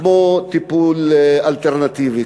כמו טיפול אלטרנטיבי,